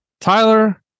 Tyler